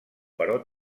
però